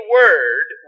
word